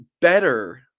better